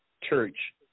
church